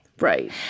Right